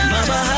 Mama